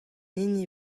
hini